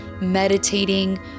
meditating